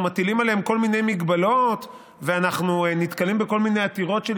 מטילים עליהן כל מיני הגבלות ואנחנו נתקלים בכל מיני עתירות של